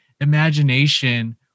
imagination